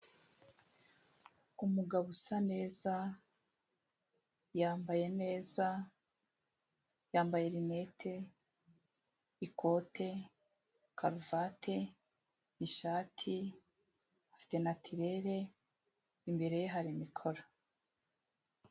Umugabo usa neza, yambaye neza, yambaye linete, ikote, karuvati, ishat, afite natirere, imbere ye hari mikoro.